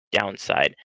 downside